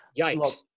yikes